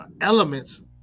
elements